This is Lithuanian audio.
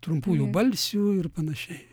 trumpųjų balsių ir panašiai